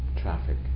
traffic